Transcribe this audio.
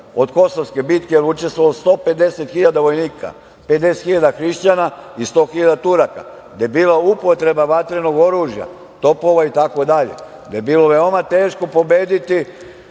od Kosovske bitke. Učestvovalo je 150.000 vojnika, 50.000 hrišćana i 100.000 Turaka. Da je bila upotreba vatrenog oružja, topova i tako dalje, da je bilo veoma teško pobediti